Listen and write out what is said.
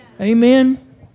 Amen